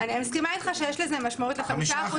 אני מסכימה איתך שיש לזה משמעות ל-5%.